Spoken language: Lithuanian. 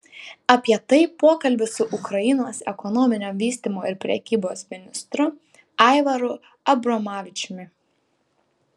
apie tai pokalbis su ukrainos ekonominio vystymo ir prekybos ministru aivaru abromavičiumi